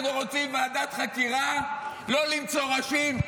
אנחנו רוצים ועדת חקירה לא למצוא ראשים,